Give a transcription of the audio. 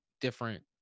different